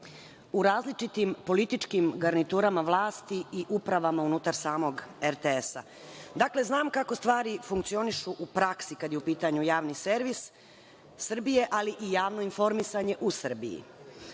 u različitim političkim garniturama vlasti i upravama unutar samog RTS. Dakle, znam kako stvari funkcionišu u praksi kada je u pitanju Javni servis Srbije, ali javno informisanje u Srbiji. Radi